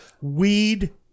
Weed